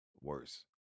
worse